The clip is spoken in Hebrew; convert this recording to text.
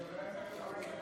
ברור.